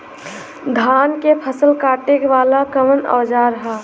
धान के फसल कांटे वाला कवन औजार ह?